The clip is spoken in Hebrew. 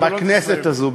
בכנסת הזאת,